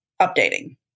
updating